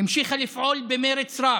המשיכה לפעול במרץ רב.